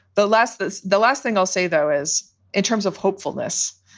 the last that's the last thing i'll say, though, is in terms of hopefulness,